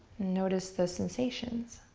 notice the sensations.